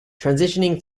transitioning